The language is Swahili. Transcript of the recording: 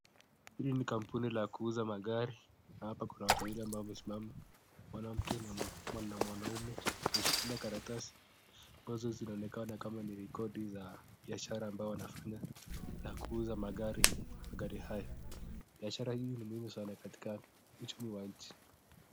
Hii ni kampuni la kuuza magari. Hapa kuna watu wawili ambao wamesimama, mwanamke na mwanaume. Wameshikilia karatasi ambazo zinaonekana kama ni rekodi za biashara ambao wanafanya na kuuza magari haya. Biashara hii ni muhimu katika uchumi wa nchi.